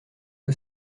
que